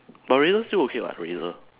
Marina still okay [what] Marina